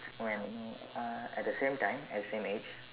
when you know uh at the same time at the same age